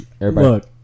look